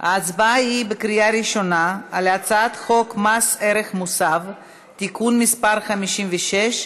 הצבעה בקריאה ראשונה על הצעת חוק מס ערך מוסף (תיקון מס' 56),